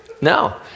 no